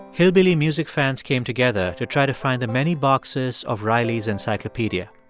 hillbilly music fans came together to try to find the many boxes of riley's encyclopedia.